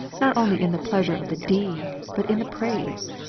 not only in the pleasure of the deed, but in the praise.